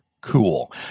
cool